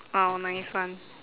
oh nice one